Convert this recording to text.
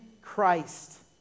Christ